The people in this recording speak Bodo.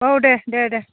औ देह दे दे